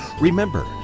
Remember